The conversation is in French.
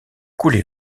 coulée